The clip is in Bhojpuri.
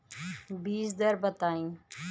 बीज दर बताई?